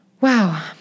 Wow